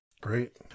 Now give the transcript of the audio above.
Great